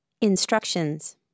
Instructions